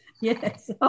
yes